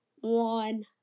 one